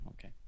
okay